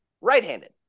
right-handed